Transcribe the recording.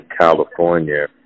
California